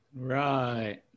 Right